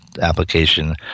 application